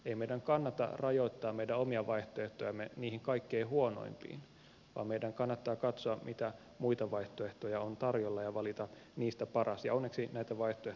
ei meidän kannata rajoittaa meidän omia vaihtoehtojamme niihin kaikkein huonoimpiin vaan meidän kannattaa katsoa mitä muita vaihtoehtoja on tarjolla ja valita niistä paras ja onneksi näitä vaihtoehtoja tosiaan on